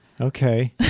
Okay